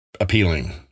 appealing